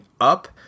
up